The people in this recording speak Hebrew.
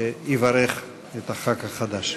שיברך את חבר הכנסת החדש.